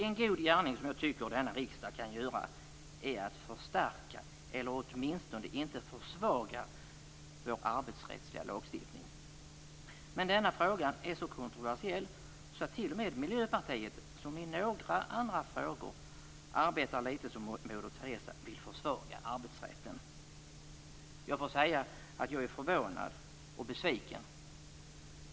En god gärning som jag tycker att denna riksdag kan göra är att förstärka eller åtminstone inte försvaga vår arbetsrättsliga lagstiftning. Men denna fråga är så kontroversiell att t.o.m. Miljöpartiet, som i några andra frågor arbetar lite som moder Teresa, vill försvaga arbetsrätten. Jag måste säga att jag är förvånad och besviken.